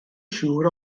siŵr